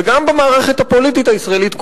וגם במערכת הפוליטית הישראלית,